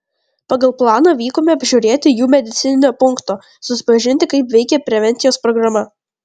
pagal planą vykome apžiūrėti jų medicininio punkto susipažinti kaip veikia prevencijos programa